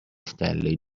stanley